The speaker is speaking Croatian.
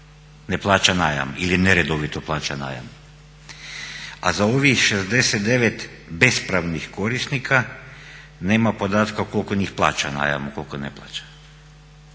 ne plaća najam ili neredovito plaća najam, a za ovih 69 bespravnih korisnika nema podatka koliko njih plaća najam, a koliko ne plaća.